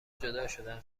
جداشدن